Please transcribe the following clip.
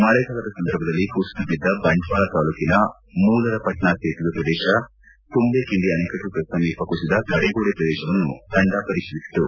ಮಳೆಗಾಲದ ಸಂದರ್ಭದಲ್ಲಿ ಕುಸಿದು ಬಿದ್ದ ಬಂಟ್ವಾಳ ತಾಲೂಕಿನ ಮೂಲರಪಟ್ಟ ಸೇತುವೆ ಪ್ರದೇಶ ತುಂಬೆ ಕಿಂಡಿ ಅಣೆಕಟ್ಟು ಸಮೀಪ ಕುಸಿದ ತಡೆಗೋಡೆ ಪ್ರದೇಶವನ್ನು ತಂಡ ಪರಿಶೀಲಿಸಿತು